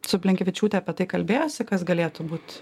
su blinkevičiūte apie tai kalbėjosi kas galėtų būt